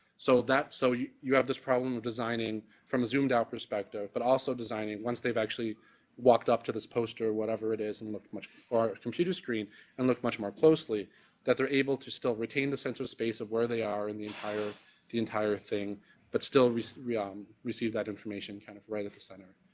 so that's so you you have this problem with designing from a zoomed out perspective, but also designing once they've actually walked up to this poster or whatever it is and look much farther computer screen and look much more closely that they're able to still retain the central space of where they are in the entire the entire thing but still receive um that information kind of right at the center.